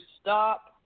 stop